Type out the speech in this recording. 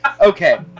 okay